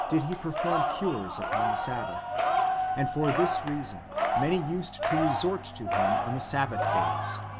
did he perform cures upon the sabbath and for this reason many used to resort to him on the sabbath-days.